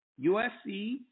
USC